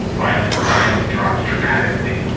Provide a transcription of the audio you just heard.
violent crime drops dramatically.